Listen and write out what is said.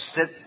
Sit